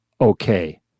okay